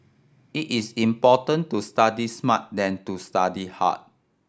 it is important to study smart than to study hard